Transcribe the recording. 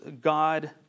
God